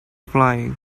flying